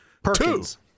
Perkins